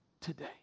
today